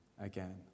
again